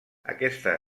aquesta